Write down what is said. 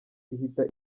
ihita